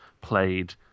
played